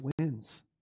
wins